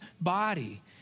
body